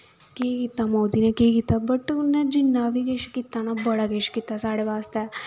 केह् कीता मोदी ने केह् कीता बट उन्नै जिन्ना बी किश कीता ना बड़ा किश कीता साढ़े बास्तै